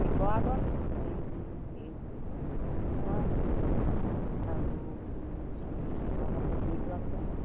শিৱসাগৰত হেৰি হেৰি ৰংঘৰ আছে আৰু শিৱসাগৰত পুখুৰীটো আছে আৰু